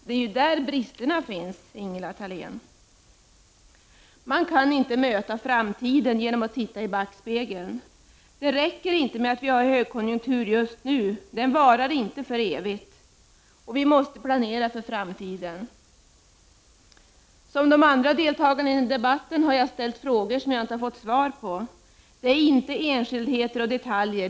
Det är där bristerna finns, Ingela Thalén. Man kan inte möta framtiden genom att titta i backspegeln. Det räcker inte med att vi har högkonjunktur. Den varar inte för evigt, och vi måste planera för framtiden. Som de andra deltagarna i den här debatten har jag ställt frågor som jag inte fått svar på. Det är inte enskildheter och detaljer.